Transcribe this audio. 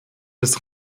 des